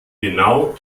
genau